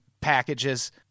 packages